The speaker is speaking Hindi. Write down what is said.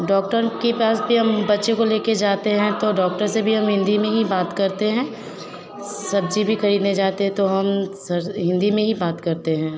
डॉक्टर के पास भी हम बच्चों को लेकर जाते हैं तो डोक्टर से भी हम हिन्दी में ही बात करते हैं सब्ज़ी भी ख़रीदने जाते हैं तो हम स हिन्दी में ही बात करते हैं